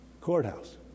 courthouse